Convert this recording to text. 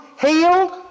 healed